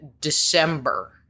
December